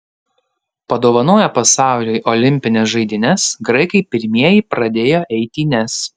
padovanoję pasauliui olimpines žaidynes graikai pirmieji pradėjo eitynes